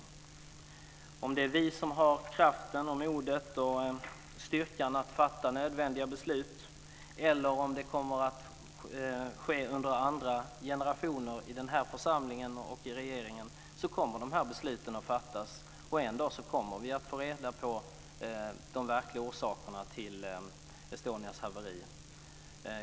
Oavsett om det är vi som har kraften, modet och styrkan att fatta de nödvändiga besluten eller om det kommer att ske under andra generationer i den här församlingen och i regeringen, kommer de besluten att fattas. En dag kommer vi att få reda på de verkliga orsakerna till Estonias haveri.